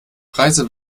preise